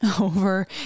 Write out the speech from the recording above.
over